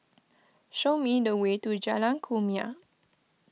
show me the way to Jalan Kumia